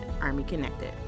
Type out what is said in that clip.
Army-connected